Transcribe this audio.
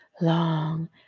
long